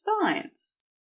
spines